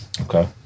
Okay